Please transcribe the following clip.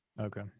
Okay